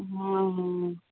हाँ हाँ